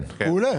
אני מצביע